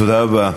תודה רבה.